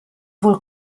wohl